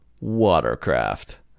Watercraft